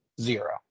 zero